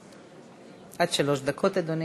עד שלוש דקות, אדוני.